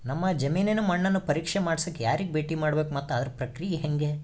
ನಮ್ಮ ಜಮೇನಿನ ಮಣ್ಣನ್ನು ಪರೇಕ್ಷೆ ಮಾಡ್ಸಕ ಯಾರಿಗೆ ಭೇಟಿ ಮಾಡಬೇಕು ಮತ್ತು ಅದರ ಪ್ರಕ್ರಿಯೆ ಹೆಂಗೆ?